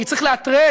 כי צריך לאתרג,